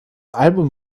album